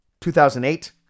2008